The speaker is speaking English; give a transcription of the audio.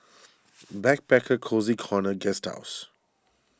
Backpacker Cozy Corner Guesthouse